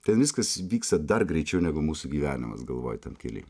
ten viskas vyksta dar greičiau negu mūsų gyvenimas galvoja tam kely